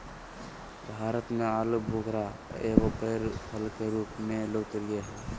भारत में आलूबुखारा एगो बैर फल के रूप में लोकप्रिय हइ